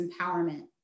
empowerment